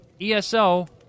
ESO